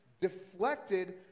deflected